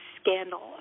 scandal